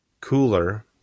cooler